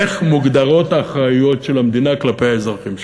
איך מוגדרות האחריויות של המדינה כלפי האזרחים שלה.